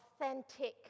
authentic